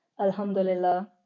Alhamdulillah